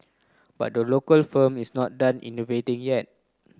but the local firm is not done innovating yet